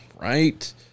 Right